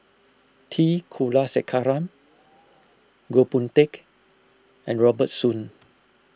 T Kulasekaram Goh Boon Teck and Robert Soon